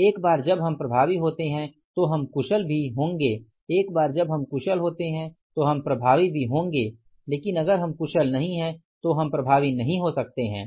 एक बार जब हम प्रभावी होते हैं तो हम कुशल भी होंगे एक बार जब हम कुशल होते हैं तो हम प्रभावी भी होंगे लेकिन अगर हम कुशल नहीं हैं तो हम प्रभावी नहीं हो सकते हैं